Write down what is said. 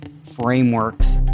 frameworks